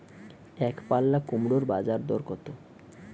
একপাল্লা কুমড়োর বাজার দর কত?